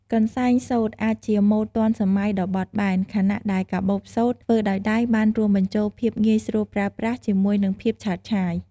កន្សែងសូត្រអាចជាម៉ូដទាន់សម័យដ៏បត់បែន ខណៈដែលកាបូបសូត្រធ្វើដោយដៃបានរួមបញ្ចូលភាពងាយស្រួលប្រើប្រាស់ជាមួយនឹងភាពឆើតឆាយ។